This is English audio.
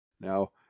Now